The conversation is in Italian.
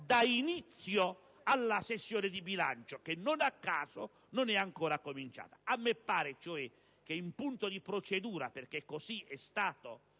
dà inizio alla sessione di bilancio, che non a caso non è ancora cominciata. A me pare cioè che in punto di procedura - perché così è stata